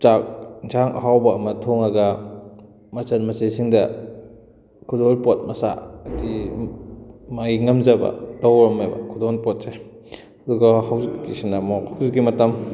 ꯆꯥꯛ ꯏꯟꯁꯥꯡ ꯑꯍꯥꯎꯕ ꯑꯃ ꯊꯣꯡꯉꯒ ꯃꯆꯟ ꯃꯆꯦꯁꯤꯡꯗ ꯈꯨꯗꯣꯜꯄꯣꯠ ꯃꯆꯥ ꯍꯥꯏꯗꯤ ꯃꯥꯏ ꯉꯝꯖꯕ ꯇꯧꯔꯝꯃꯦꯕ ꯈꯨꯗꯣꯜ ꯄꯣꯠꯁꯦ ꯑꯗꯨꯒ ꯍꯧꯖꯤꯛꯀꯤꯁꯤꯅ ꯑꯃꯨꯛ ꯍꯧꯖꯤꯛꯀꯤ ꯃꯇꯝ